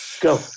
Go